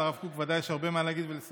על הרב קוק ודאי יש הרבה מה להגיד ולספר.